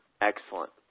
Excellent